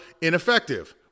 ineffective